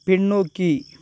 பின்னோக்கி